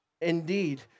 indeed